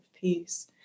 peace